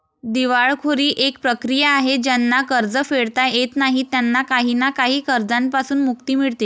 दिवाळखोरी एक प्रक्रिया आहे ज्यांना कर्ज फेडता येत नाही त्यांना काही ना काही कर्जांपासून मुक्ती मिडते